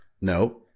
No